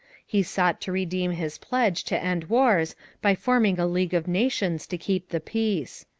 he sought to redeem his pledge to end wars by forming a league of nations to keep the peace.